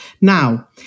Now